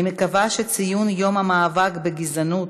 אני מקווה שציון יום המאבק בגזענות,